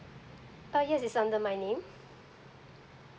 ah yes it's under my name